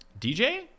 DJ